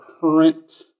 current